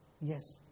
Yes